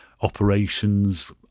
operations